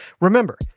Remember